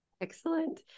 Excellent